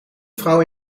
vrouw